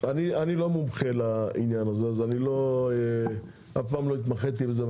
אני לא מומחה לעניין הזה ואף פעם לא התמחיתי בזה.